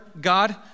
God